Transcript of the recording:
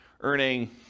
earning